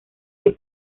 que